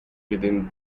within